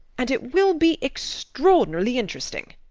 and it will be extraordinarily interesting.